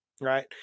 right